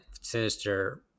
Sinister